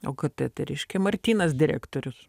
okt tai reiškia martynas direktorius